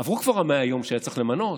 עברו כבר 100 היום שהיה צריך למנות,